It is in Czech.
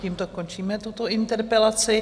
Tímto končíme tuto interpelaci.